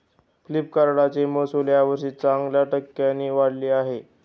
फ्लिपकार्टचे महसुल यावर्षी चांगल्या टक्क्यांनी वाढले आहे